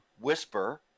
whisper